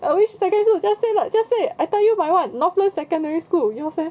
ah which secondary school just say just say I tell you my [one] northland secondary school yours leh